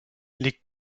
les